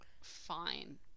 fine